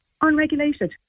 unregulated